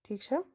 ٹھیٖک چھا